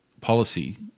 policy